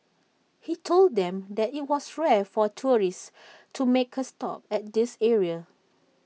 he told them that IT was rare for tourists to make A stop at this area